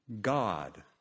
God